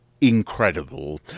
incredible